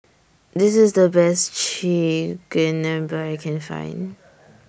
This IS The Best Chigenabe I Can Find